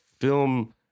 film